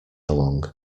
along